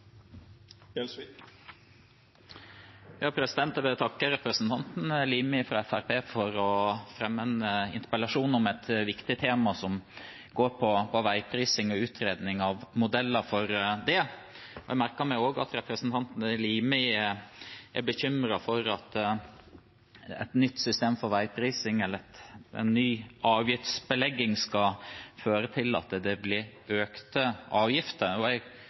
for å fremme en interpellasjon om et viktig tema, om veiprising og utredning av modeller for det. Jeg merker meg også at representanten Limi er bekymret for at et nytt system for veiprising, eller en ny avgiftsbelegging, skal føre til at det blir økte avgifter. Jeg kan for så vidt skjønne den bekymringen, ut fra den erfaringen Fremskrittspartiet selv har med å sitte i regjering og